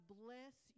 bless